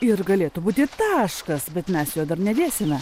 ir galėtų būti ir taškas bet mes jo dar nedėsime